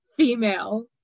female